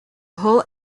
whole